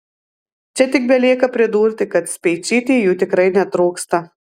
čia tik belieka pridurti kad speičytei jų tikrai netrūksta